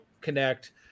connect